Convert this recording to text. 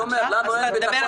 אני אומר: לנו אין ביטחון אישי.